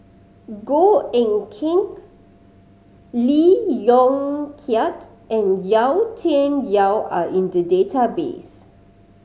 Goh Eck Kheng Lee Yong Kiat and Yau Tian Yau are in the database